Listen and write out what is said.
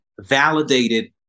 validated